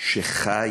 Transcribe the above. שלא חי